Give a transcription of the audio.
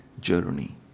journey